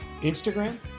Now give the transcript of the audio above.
Instagram